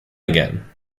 again